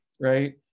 Right